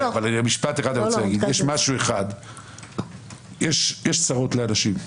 אבל משפט אחד אני רוצה להגיד: יש צרות לאנשים,